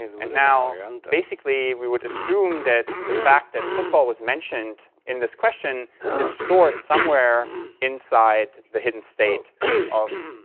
and now basically we would assume that the fact that football was mentioned in this question is stored somewhere inside the hidden state of.